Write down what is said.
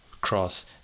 cross